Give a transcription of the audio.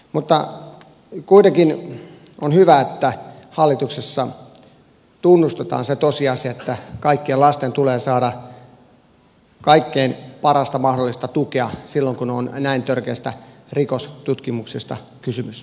mutta kuitenkin on hyvä että hallituksessa tunnustetaan se tosiasia että kaikkien lasten tulee saada kaikkein parasta mahdollista tukea silloin kun on näin törkeästä rikostutkimuksesta kysymys